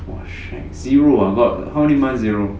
!wah! shag zero ah how many month zero